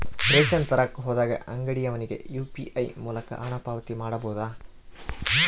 Ration ತರಕ ಹೋದಾಗ ಅಂಗಡಿಯವನಿಗೆ ಯು.ಪಿ.ಐ ಮೂಲಕ ಹಣ ಪಾವತಿ ಮಾಡಬಹುದಾ?